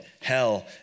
hell